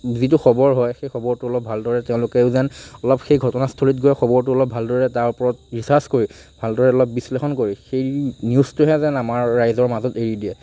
যিটো খবৰ হয় সেই খবৰটো অলপ ভলদৰে তেওঁলোকেও যেন অলপ সেই ঘটনাস্থলীত গৈ খবৰটো অলপ ভালদৰে তাৰ ওপৰত ৰিছাৰ্চ কৰি ভালদৰে অলপ বিশ্লেষণ কৰি সেই নিউজটোহে যেন আমাৰ ৰাইজৰ মাজত এৰি দিয়ে